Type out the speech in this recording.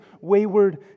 wayward